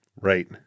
Right